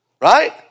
right